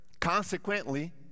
consequently